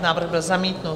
Návrh byl zamítnut.